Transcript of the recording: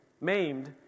maimed